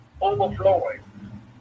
Overflowing